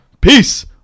Peace